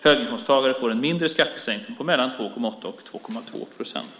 Höginkomsttagare får en mindre skattesänkning på mellan 2,8 och 2,2 procent.